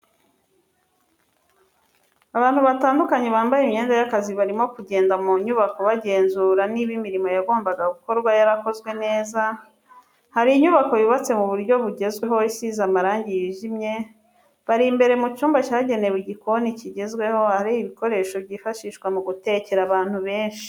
Abantu batandukanye bambaye imyenda y'akazi barimo kugenda mu nyubako bagenzura niba imirimo yagombaga gukorwa yarakozwe neza, hari inyubako yubatse mu buryo bugezweho isize amarangi yijimye, bari imbere mu cyumba cyagenewe igikoni kigezweho ahari ibikoresho byifashishwa mu gutekera abantu benshi.